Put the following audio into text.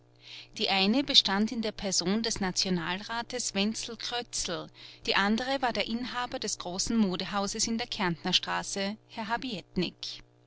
die eine bestand in der person des nationalrates wenzel krötzl die andere war der inhaber des großen modehauses in der kärntnerstraße herr